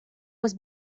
was